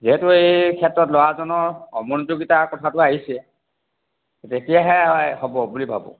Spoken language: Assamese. যিহেতু এই ক্ষেত্ৰত এই ল'ৰাজনৰ অমনোযোগিতা কথাটো আহিছে তেতিয়াহে হ'ব বুলি ভাবোঁ